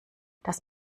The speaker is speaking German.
das